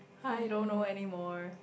hi don't know anymore